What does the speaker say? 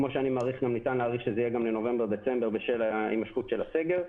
וניתן להעריך שזה יהיה גם בנובמבר-דצמבר בשל ההימשכות של הסגר.